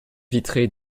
vitrée